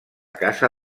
casa